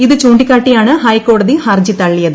ഇത് ചൂണ്ടിക്കാട്ടിയാണ് ഹൈക്കോടതി ഹർജി തള്ളിയത്